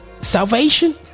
salvation